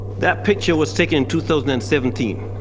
that picture was taken two thousand and seventeen.